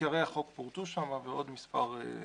עיקרי החוק פורטו שם ועוד מספר נושאים.